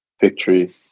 victory